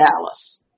dallas